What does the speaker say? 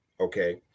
okay